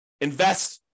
invest